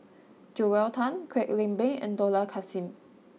Joel Tan Kwek Leng Beng and Dollah Kassim